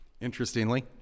Interestingly